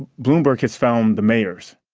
bloomberg has found the mayors.